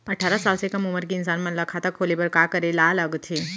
अट्ठारह साल से कम उमर के इंसान मन ला खाता खोले बर का करे ला लगथे?